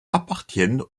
appartiennent